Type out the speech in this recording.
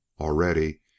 Already